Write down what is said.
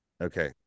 Okay